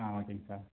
ஆ ஓகேங்க சார்